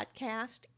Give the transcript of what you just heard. podcast